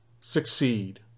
succeed